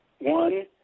one